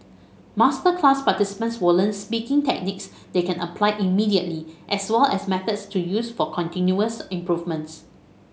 masterclass participants will learn speaking techniques they can apply immediately as well as methods to use for continuous improvement